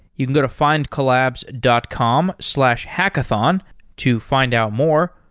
you can go to findcollabs dot com slash hackathon to find out more,